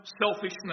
selfishness